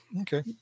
okay